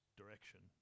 direction